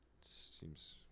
seems